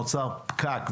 נוצר פקק,